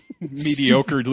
Mediocre